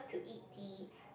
to eat the